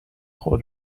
خود